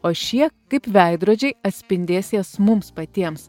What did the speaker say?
o šie kaip veidrodžiai atspindės jas mums patiems